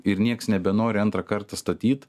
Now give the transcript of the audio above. ir nieks nebenori antrą kartą statyt